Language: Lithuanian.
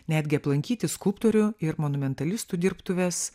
netgi aplankyti skulptorių ir monumentalistų dirbtuves